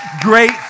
Great